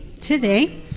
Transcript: today